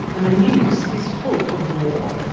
and the news is full of war.